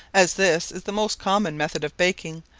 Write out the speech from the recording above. as this is the most common method of baking,